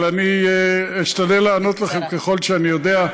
אבל אשתדל לענות לכם ככל שאני יודע.